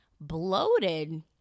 bloated